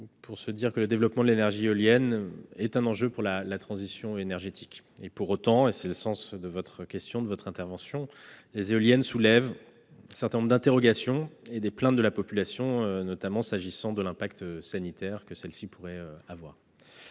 pour dire que le développement de l'énergie éolienne est un enjeu pour la transition énergétique. Pour autant, et c'est le sens de votre question, les éoliennes soulèvent un certain nombre d'interrogations et des plaintes de la population, notamment s'agissant de l'impact sanitaire que celles-ci pourraient avoir.